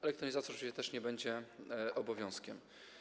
Elektronizacja oczywiście nie będzie obowiązkiem.